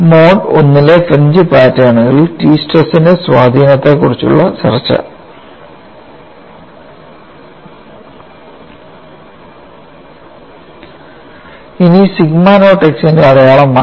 mode I ലെ fringe പാറ്റേണുകളിൽ T സ്ട്രെസിന്റെ സ്വാധീനത്തെക്കുറിച്ചുള്ള ചർച്ച ഇനി സിഗ്മ നോട്ട് x ൻറെ അടയാളം മാറ്റാം